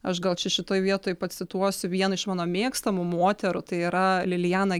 aš gal čia šitoj vietoj pacituosiu vieną iš mano mėgstamų moterų tai yra lilijaną